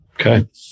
Okay